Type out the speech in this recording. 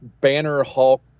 Banner-Hulk